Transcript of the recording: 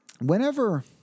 Whenever